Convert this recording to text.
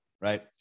Right